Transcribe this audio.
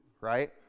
right